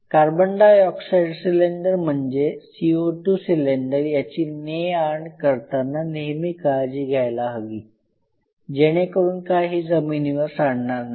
carbon dioxide cylinder म्हणजे CO2 cylinder याची ने आण करताना नेहमी काळजी घ्यायला हवी जेणेकरून काही जमिनीवर काही सांडणार नाही